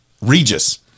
Regis